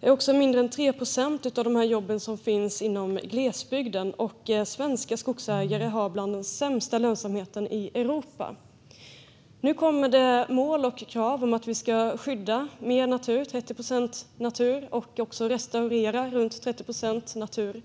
Det är också mindre än 3 procent av dessa jobb som finns i glesbygden, och lönsamheten för svenska skogsägare är bland de sämsta i Europa. Nu kommer det mål och krav om att vi ska skydda mer natur - 30 procent - och också restaurera runt 30 procent natur.